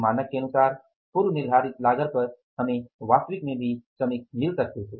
मानक के अनुसार पूर्वनिर्धारित लागत पर हमें वास्तविक में भी मिल सकती थी